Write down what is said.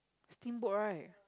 steamboat right